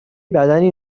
بدنی